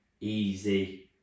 easy